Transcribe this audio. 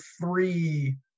three